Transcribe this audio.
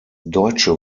deutsche